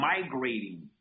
migrating